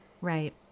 Right